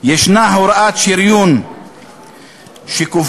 יש הוראת שריון שקובעת